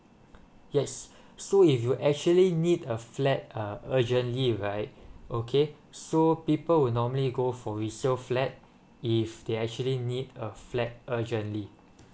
yes so if you actually need a flat uh urgently right okay so people will normally go for resale flat if they actually need a flat urgently